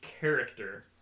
character